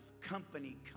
company